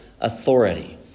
authority